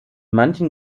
manchen